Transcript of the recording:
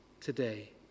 today